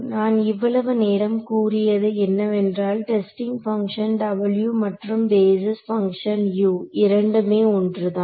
நான் இவ்வளவு நேரம் கூறியது என்னவென்றால் டெஸ்டிங் பங்ஷன் W மற்றும் பேஸிஸ் பங்ஷன் U இரண்டுமே ஒன்றுதான்